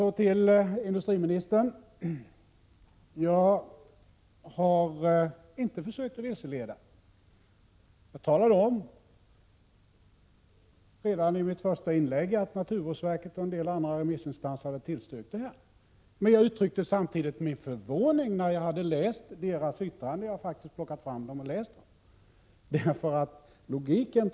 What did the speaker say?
Så till industriministern: Jag har inte försökt att vilseleda någon. Jag redovisade redan i mitt första inlägg vad naturvårdsverket och en del andra remissinstanser hade uttalat. Jag har faktiskt plockat fram deras yttranden och läst dem.